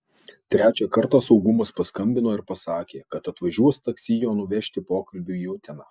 trečią kartą saugumas paskambino ir pasakė kad atvažiuos taksi jo nuvežti pokalbiui į uteną